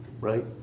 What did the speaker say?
right